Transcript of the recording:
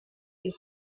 est